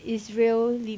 israel